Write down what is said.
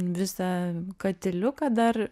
visą katiliuką dar